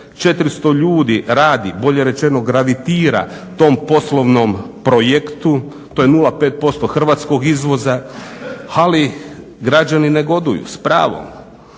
400 ljudi radi, bolje rečeno gravitira tom poslovnom projektu. To je 0,5% hrvatskog izvoza. Ali građani negoduju, s pravom.